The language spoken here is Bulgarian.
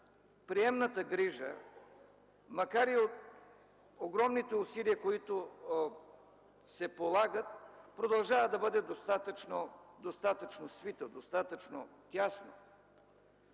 приемната грижа, макар и с огромните усилия, които се полагат, продължава да бъде достатъчно свита, достатъчно тясна.